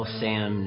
sam